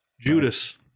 Judas